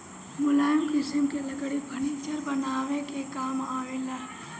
मुलायम किसिम के लकड़ी फर्नीचर बनावे के काम आवेला